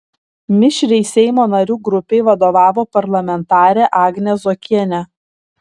mišriai seimo narių grupei vadovavo parlamentarė agnė zuokienė